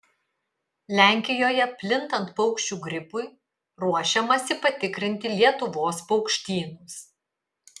lenkijoje plintant paukščių gripui ruošiamasi patikrinti lietuvos paukštynus